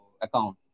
account